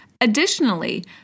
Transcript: Additionally